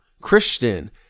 Christian